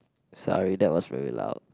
sorry that was very loud